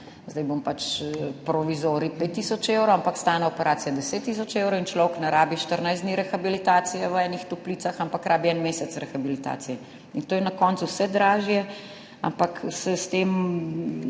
zdaj bom pač provizorično, 5 tisoč evrov, ampak stane operacija 10 tisoč evrov, in človek ne potrebuje 14 dni rehabilitacije v enih toplicah, ampak rabi en mesec rehabilitacije. In to je na koncu vse dražje, ampak se